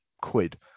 quid